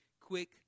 quick